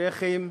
שיח'ים,